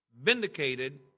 vindicated